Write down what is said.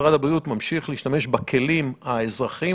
משרד הבריאות ממשיך להשתמש בכלים האזרחיים